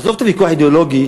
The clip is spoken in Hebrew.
עזוב את הוויכוח האידיאולוגי,